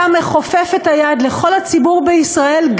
אתה מכופף את היד לכל הציבור בישראל,